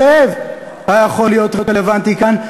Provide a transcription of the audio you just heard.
זאב" היה יכול להיות רלוונטי כאן,